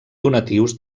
donatius